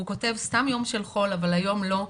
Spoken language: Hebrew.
הוא כותב 'סתם יום של חול אבל היום לא,